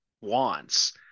wants